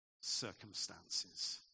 circumstances